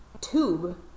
tube